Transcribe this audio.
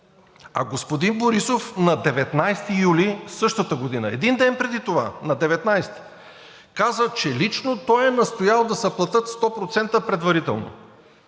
А господин Борисов на 19 юли същата година, един ден преди това, на 19 юли, каза, че лично той е настоял да се платят сто процента предварително.